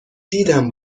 دیدم